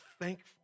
thankful